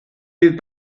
bydd